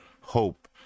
Hope